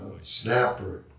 snapper